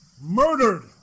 murdered